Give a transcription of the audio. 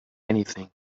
anything